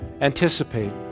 Anticipate